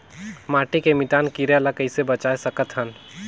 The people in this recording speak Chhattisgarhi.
माटी के मितान कीरा ल कइसे बचाय सकत हन?